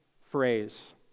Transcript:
phrase